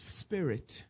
spirit